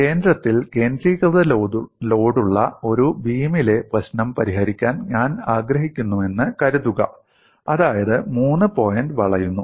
കേന്ദ്രത്തിൽ കേന്ദ്രീകൃത ലോഡുള്ള ഒരു ബീമിലെ പ്രശ്നം പരിഹരിക്കാൻ ഞാൻ ആഗ്രഹിക്കുന്നുവെന്ന് കരുതുക അതായത് 3 പോയിന്റ് വളയുന്നു